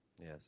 Yes